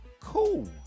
cool